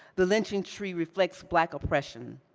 the lynching tree reflects black oppression.